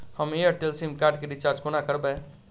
हम Airtel SIM card केँ recharge कोना करबै?